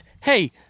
hey